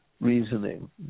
reasoning